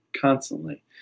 constantly